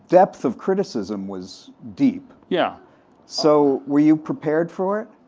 depth of criticism was deep. yeah so were you prepared for it?